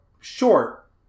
short